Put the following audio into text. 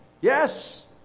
Yes